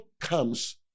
comes